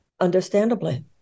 Understandably